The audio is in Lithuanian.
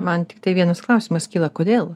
man tiktai vienas klausimas kyla kodėl